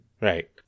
right